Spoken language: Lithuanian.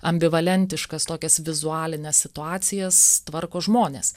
ambivalentiškas tokias vizualines situacijas tvarko žmonės